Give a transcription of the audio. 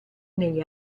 negli